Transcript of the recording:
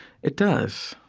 it does.